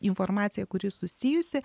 informaciją kuri susijusi